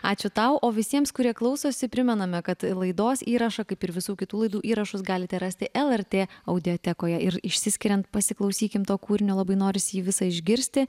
ačiū tau o visiems kurie klausosi primename kad laidos įrašą kaip ir visų kitų laidų įrašus galite rasti lrt audiotekoje ir išsiskiriant pasiklausykim to kūrinio labai norisi jį visą išgirsti